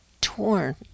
torn